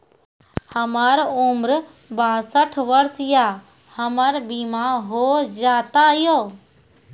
हमर उम्र बासठ वर्ष या हमर बीमा हो जाता यो?